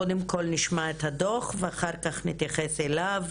קודם כל נשמע את הדו"ח ואחר כך נתייחס אליו.